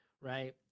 right